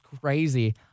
crazy